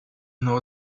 know